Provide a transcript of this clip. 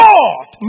God